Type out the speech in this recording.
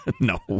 No